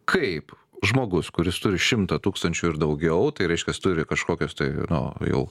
kaip žmogus kuris turi šimtą tūkstančių ir daugiau tai reiškias turi kažkokias tai nu jau